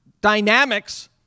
dynamics